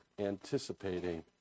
anticipating